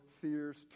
fears